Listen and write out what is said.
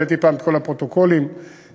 הבאתי פעם את כל הפרוטוקולים שאיתרתי.